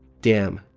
damn,